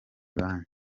banki